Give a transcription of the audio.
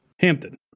Hampton